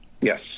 Yes